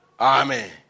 Amen